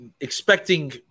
expecting